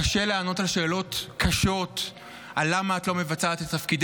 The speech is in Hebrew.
קשה לענות על שאלות קשות על למה את לא מבצעת את התפקיד,